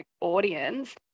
audience